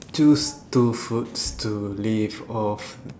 choose two foods to live off